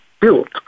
built